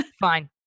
Fine